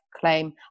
claim